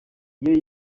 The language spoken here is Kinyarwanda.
iyo